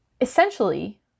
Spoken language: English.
Essentially